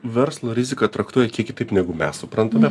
verslo riziką traktuoja kiek kitaip negu mes suprantame